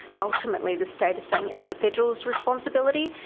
ultimately the state is saying it's the federal's responsibility,